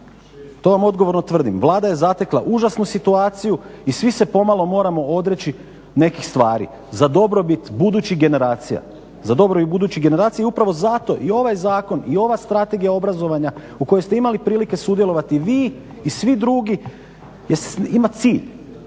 To vam odgovorno tvrdim. Vlada je zatekla užasnu situaciju i svi se pomalo moramo odreći nekih stvari za dobrobit budućih generacija. Za dobrobit budućih generacija i upravo zato i ovaj zakon i ova strategija obrazovanja u kojoj ste imali prilike sudjelovati vi i svi drugi ima cilj,